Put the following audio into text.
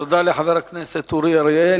תודה רבה לחבר הכנסת אורי אריאל.